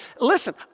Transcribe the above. Listen